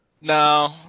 No